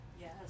Yes